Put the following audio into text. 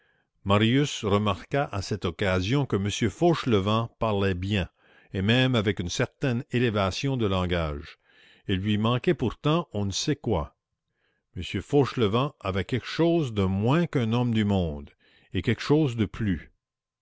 marius remarqua à cette occasion que m fauchelevent parlait bien et même avec une certaine élévation de langage il lui manquait pourtant on ne sait quoi m fauchelevent avait quelque chose de moins qu'un homme du monde et quelque chose de plus